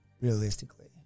realistically